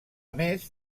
més